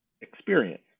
experience